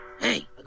Hey